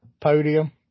podium